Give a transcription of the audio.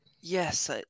Yes